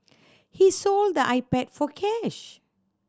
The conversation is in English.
he sold the iPad for cash